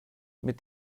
mit